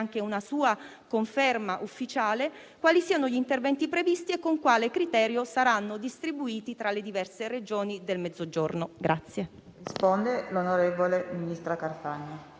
anche una sua conferma ufficiale), quali siano gli interventi previsti e con quale criterio saranno distribuiti tra le diverse Regioni del Mezzogiorno.